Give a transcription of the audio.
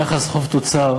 יחס חוב תוצר,